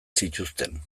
zituzten